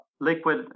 Liquid